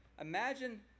Imagine